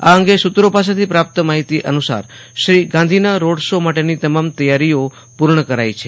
આ અંગે સુત્રો પાસેથી પ્રાપ્ત માહિતી અનુસાર શ્રી ગાંધીના રોડ શો માટેની તમામ તૈયારીઓ પૂર્ણ કરાઇ છે